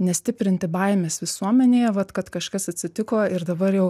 nestiprinti baimės visuomenėje vat kad kažkas atsitiko ir dabar jau